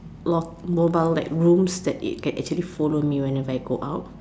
lock mobile like rooms that it can actually follow me whenever I go out